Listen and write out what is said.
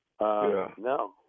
No